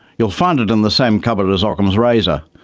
you'll find it in the same cupboard as ockham's razor,